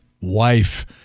wife